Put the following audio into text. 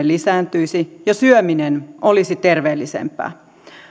lisääntyisi ja syöminen olisi terveellisempää